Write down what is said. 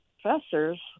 professors